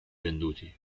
venduti